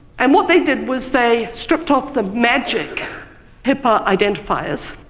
and what they did was they stripped off the magic hipaa identifiers.